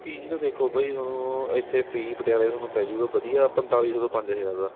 PG ਤਾਂ ਦੇਖੋ ਭਾਅ ਜੀ ਤੁਹਾਨੂੰ ਇੱਥੇ ਪੀਜੀ ਪਟਿਆਲੇ ਤੁਹਾਨੂੰ ਪੈ ਜੂਗਾ ਵਧੀਆ ਪੰਤਾਲੀ ਸੌ ਤੋਂ ਪੰਜ ਹਜ਼ਾਰ ਦਾ